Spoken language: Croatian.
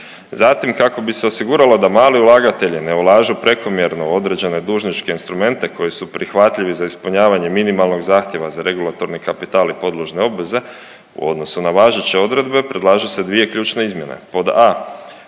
Zatim kako bi se osiguralo da mali ulagatelji ne ulažu prekomjerno u određene dužničke instrumente koji su prihvatljivi za ispunjavanje minimalnog zahtjeva za regulatorni kapital i podložne obveze u odnosu na važeće odredbe, predlažu se dvije ključne izmjene. Pod A,